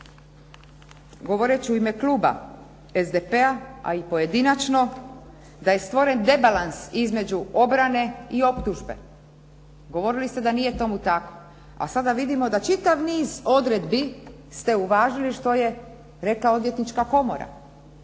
govoreći u ime kluba SDP-a, a i pojedinačno, da je stvoren debalans između obrane i optužbe. Govorili ste da nije tomu tako, a sada vidimo da čitav niz odredbi ste uvažili što je rekla Odvjetnička komora.